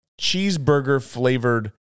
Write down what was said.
cheeseburger-flavored